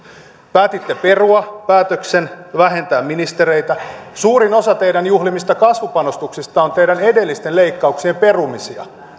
päätitte perua päätöksen vähentää ministereitä suurin osa teidän juhlimistanne kasvupanostuksista on teidän edellisten leikkauksienne perumisia